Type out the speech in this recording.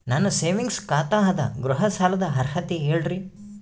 ನನ್ನ ಸೇವಿಂಗ್ಸ್ ಖಾತಾ ಅದ, ಗೃಹ ಸಾಲದ ಅರ್ಹತಿ ಹೇಳರಿ?